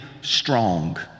strong